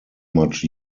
much